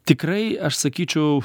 tikrai aš sakyčiau